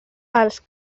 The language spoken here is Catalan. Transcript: els